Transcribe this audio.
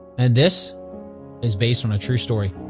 and this is based on a true story.